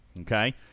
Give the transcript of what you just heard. Okay